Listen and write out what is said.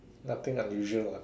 nothing unusual lah